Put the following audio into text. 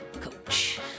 Coach